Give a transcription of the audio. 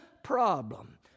Problem